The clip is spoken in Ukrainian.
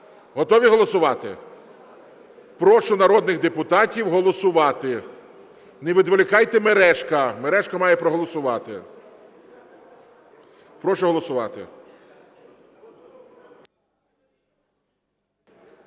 Готові голосувати? Прошу народних депутатів голосувати. Не відволікайте Мережка, Мережко має проголосувати. Прошу голосувати.